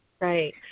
Right